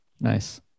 Nice